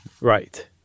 Right